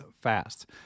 fast